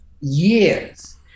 years